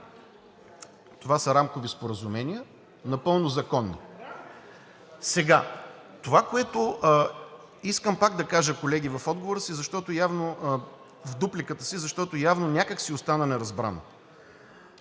Това са рамкови споразумения, напълно законни. Сега, това, което искам пак да кажа, колеги, в отговора си, защото явно, в дупликата си, защото явно някак си остава неразбрано.